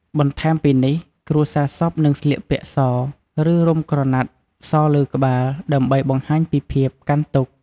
បន្ថែមពីនេះ គ្រួសារសពនឹងស្លៀកសពាក់ស ឬ រុំក្រណាត់សលើក្បាល ដើម្បីបង្ហាញពីភាពកាន់ទុក្ខ។